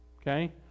okay